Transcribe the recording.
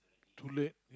too late